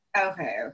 Okay